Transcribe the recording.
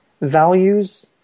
values